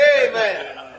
Amen